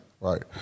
Right